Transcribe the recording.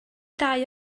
dau